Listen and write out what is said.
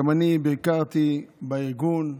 גם אני ביקרתי בארגון,